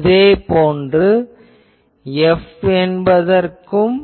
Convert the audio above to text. இதேபோன்று F என்பதற்கும்